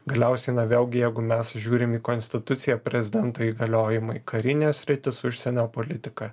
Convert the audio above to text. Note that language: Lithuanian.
galiausiai na vėlgi jeigu mes žiūrim į konstituciją prezidento įgaliojimai karinė sritis užsienio politika